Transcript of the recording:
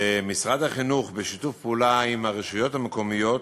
משרד החינוך, בשיתוף פעולה עם הרשויות המקומיות,